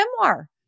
memoir